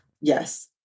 Yes